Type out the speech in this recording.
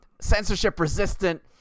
censorship-resistant